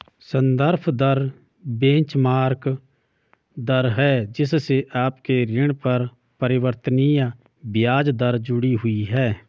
संदर्भ दर बेंचमार्क दर है जिससे आपके ऋण पर परिवर्तनीय ब्याज दर जुड़ी हुई है